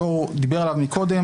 היושב-ראש דיבר עליו קודם,